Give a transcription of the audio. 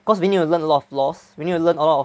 cause we need to learn a of laws we need to learn a lot of